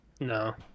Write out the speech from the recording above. No